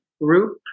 group